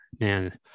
man